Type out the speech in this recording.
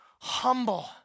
humble